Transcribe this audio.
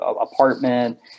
apartment